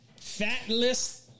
Fatless